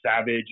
savage